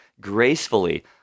gracefully